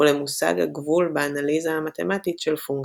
ולמושג הגבול באנליזה המתמטית של פונקציות,